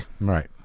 Right